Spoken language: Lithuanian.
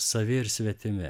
savi ir svetimi